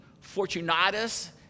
Fortunatus